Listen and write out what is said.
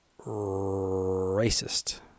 racist